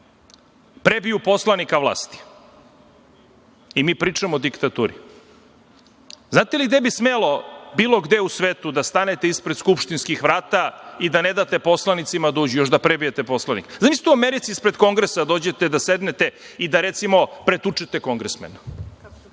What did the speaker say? prebiju poslanika vlasti. I mi pričamo o diktaturi. Znate li gde bi se smelo bilo gde u svetu da stanete ispred skupštinskih vrata i da ne date poslanicima da uđu, još da prebijete poslanika? Zamislite u Americi ispred Kongresa da dođete da sednete i da, recimo, pretučete kongresmena.